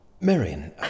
Marion